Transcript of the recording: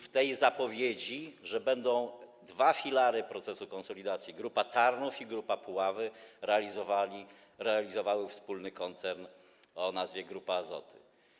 W tej zapowiedzi, że będą dwa filary procesu konsolidacji: Grupa Tarnów i Grupa Puławy, realizowały wspólny koncern o nazwie Grupa Azoty.